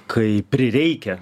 kai prireikia